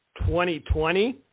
2020